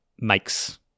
makes